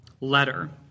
letter